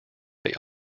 they